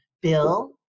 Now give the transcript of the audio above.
bill